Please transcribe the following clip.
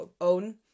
own